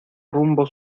rumbo